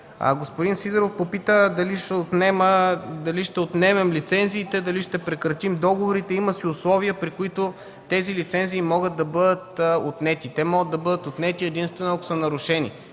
Господин Сидеров попита дали ще отнемем лицензиите, ще прекратим ли договорите? Има си условия, при които тези лицензии могат да бъдат отнети. Те могат да бъдат отнети, единствено ако са нарушени.